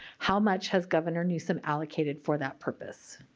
how much has governor newsom allocated for that purpose?